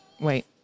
Wait